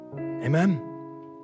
Amen